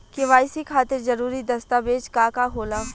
KYC खातिर जरूरी दस्तावेज का का होला?